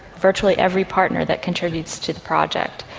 virtually every partner that contributes to the project.